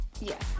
Yes